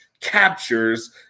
captures